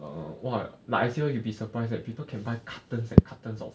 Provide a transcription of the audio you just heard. err !wah! like as if you be surprised that people can buy cartons and cartons of